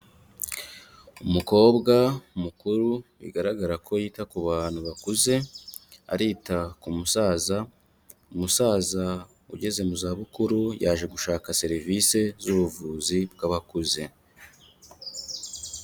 Umukobwa mukuru bigaragara ko yita ku bantu bakuze, arita ku musaza, umusaza ugeze mu zabukuru, yaje gushaka serivisi z'ubuvuzi bw'abakuze.